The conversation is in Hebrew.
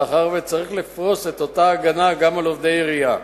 מאחר שצריך לפרוס את אותה הגנה גם על עובדי עירייה.